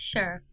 Sure